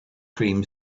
cream